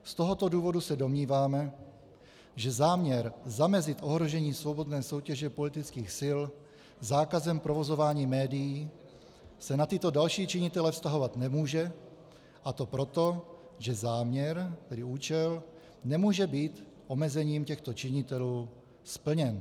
Z tohoto důvodu se domníváme, že záměr zamezit ohrožení svobodné soutěže politických sil zákazem provozování médií se na tyto další činitele vztahovat nemůže, a to proto, že záměr, tedy účel, nemůže být omezením těchto činitelů splněn.